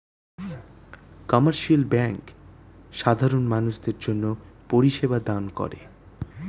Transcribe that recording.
commercial bank সাধারণ মানুষদের জন্যে পরিষেবা দান করে